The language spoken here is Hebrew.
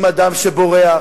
עם אדם שבורח,